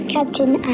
Captain